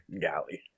galley